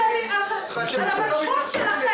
הפניות אושרו.